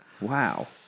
Wow